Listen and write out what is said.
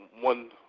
one